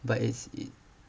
but it's you